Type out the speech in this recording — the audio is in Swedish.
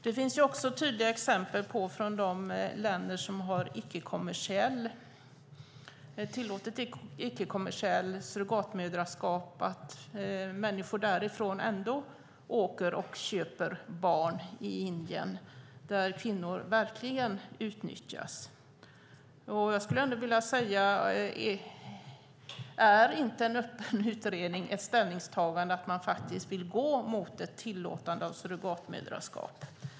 Det finns också tydliga exempel från de länder som har tillåtit icke-kommersiellt surrogatmoderskap att människor därifrån ändå åker och köper barn i Indien, där kvinnor verkligen utnyttjas. Är inte en öppen utredning ett ställningstagande om att man faktiskt vill gå mot ett tillåtande av surrogatmoderskap?